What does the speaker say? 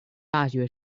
大学